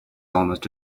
almost